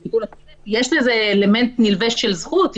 נכון שיש לזה אלמנט נלווה של זכות,